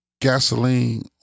gasoline